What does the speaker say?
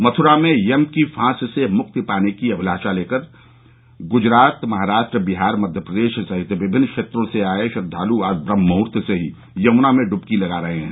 मथुरा में यम की फांस से मुक्ति पाने की अभिलाषा लेकर गुजरात महाराष्ट्र बिहार मध्य प्रदेश सहित विभिन्न क्षेत्रों से आए श्रद्वालु आज ब्रम्हमुहूर्त से ही यमुना में डुबकी लगा रहे है